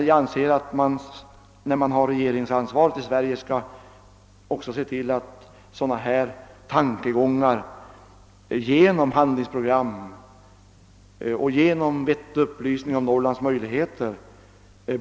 Jag anser emellertid att de som har regeringsansvaret i Sverige bör se till att sådana tankegångar blir motverkade och nedslagna genom handlingsprogram och genom bättre upplysning om Norrlands möjligheter.